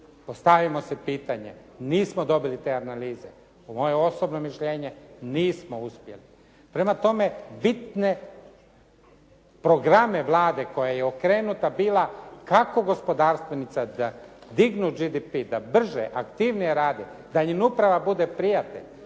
Postavimo si pitanje. Nismo dobili te analize. Moje osobno mišljenje nismo uspjeli. Prema tome, bitne programe Vlade koja je okrenuta bila kako gospodarstvenici da dižu GDP, da brže, aktivnije rade, da im uprava bude prijatelj,